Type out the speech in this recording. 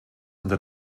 unter